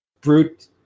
brute